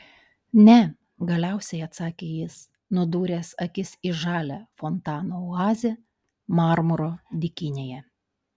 ne galiausiai atsakė jis nudūręs akis į žalią fontano oazę marmuro dykynėje